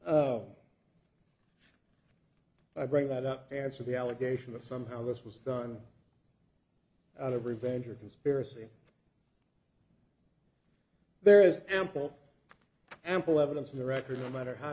on i bring that up to answer the allegation that somehow this was done out of revenge or conspiracy there is ample ample evidence in the record that matter how